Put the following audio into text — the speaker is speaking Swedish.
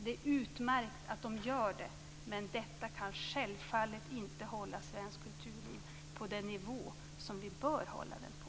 Det är utmärkt att de gör det, men detta kan självfallet inte hålla svenskt kulturliv på den nivå som vi bör hålla det på.